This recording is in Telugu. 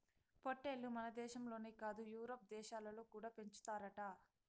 పొట్టేల్లు మనదేశంలోనే కాదు యూరోప్ దేశాలలో కూడా పెంచుతారట